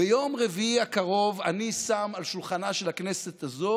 ביום רביעי הקרוב אני שם על שולחנה של הכנסת הזאת